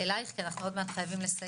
אליך כי אנחנו עוד מעט חייבים לסיים.